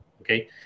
okay